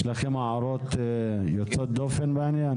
יש לכם הערות יוצאות דופן בעניין?